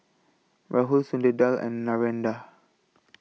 Rahul and Narendra